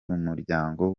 umuryango